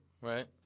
Right